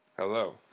Hello